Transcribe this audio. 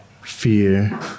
fear